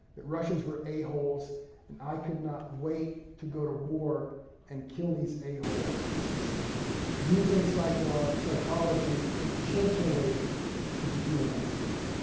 that russians were a-holes and i could not wait to go to war and kill these a-holes. this is using psychology psychology intentionally to dehumanize people.